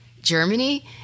Germany